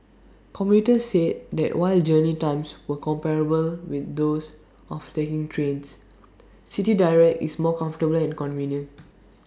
commuters said that while journey times were comparable with those of taking trains City Direct is more comfortable and convenient